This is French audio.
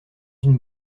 une